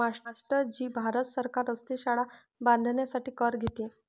master ji Bharat सरकार रस्ते, शाळा बांधण्यासाठी कर घेते